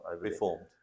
Reformed